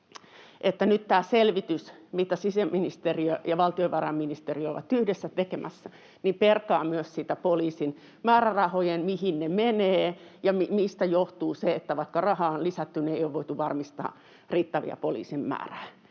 nyt tämä selvitys, mitä sisäministeriö ja valtiovarainministeriö ovat yhdessä tekemässä, perkaa myös poliisin määrärahoja, mihin ne menevät, ja sitä, mistä johtuu se, että vaikka rahaa on lisätty, niin ei ole voitu varmistaa riittävää poliisimäärää.